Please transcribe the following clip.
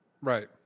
right